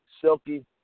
Silky